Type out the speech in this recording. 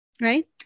Right